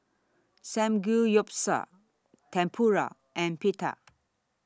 Samgeyopsal Tempura and Pita